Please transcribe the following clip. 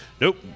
nope